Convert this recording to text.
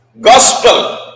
gospel